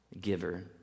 giver